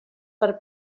per